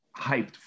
hyped